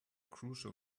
crucial